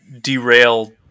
derail